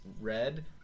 red